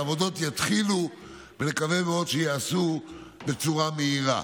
העבודות יתחילו, ונקווה מאוד שייעשו בצורה מהירה.